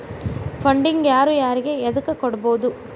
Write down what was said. Funding ನ ಯಾರು ಯಾರಿಗೆ ಎದಕ್ಕ್ ಕೊಡ್ಬೊದು?